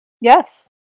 Yes